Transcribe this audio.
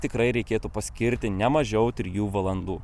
na tikrai reikėtų paskirti ne mažiau trijų valandų